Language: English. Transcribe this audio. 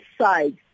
sides